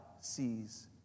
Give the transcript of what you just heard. sees